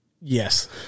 Yes